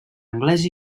anglès